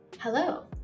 Hello